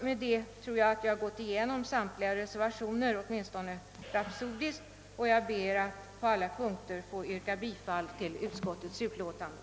Med detta har jag väl åtminstone rapsodiskt gått igenom samtliga reservationer, och jag ber att på alla punkter få yrka bifall till utskottets hemställan.